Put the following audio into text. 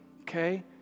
okay